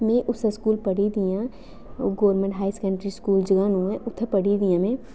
में उस्सै स्कूल पढ़ी दी आं government high secondary school Jaganu ऐ उत्थैं पढ़ी दी आं में